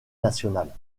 nationale